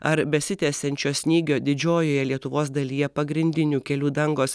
ar besitęsiančio snygio didžiojoje lietuvos dalyje pagrindinių kelių dangos